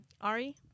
Ari